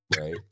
right